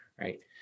Right